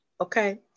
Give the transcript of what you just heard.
Okay